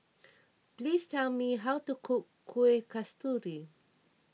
please tell me how to cook Kuih Kasturi